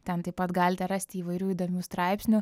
ten taip pat galite rasti įvairių įdomių straipsnių